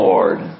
Lord